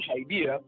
idea